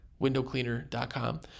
windowcleaner.com